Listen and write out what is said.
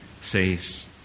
Says